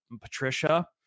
patricia